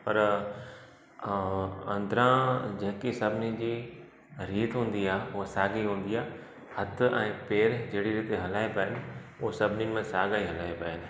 पर अंदरां जेकी सभिनी जी रीत हूंदी आहे उहा साॻी हूंदी आहे हथ ऐं पेरु जहिड़ी रीते हलाइबा आहिनि उहो सभिनिनि में साॻा ई हलाइबा आहिनि